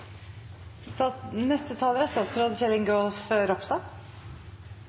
debatt. Neste taler er statsråd Kjell Ingolf Ropstad.